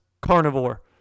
carnivore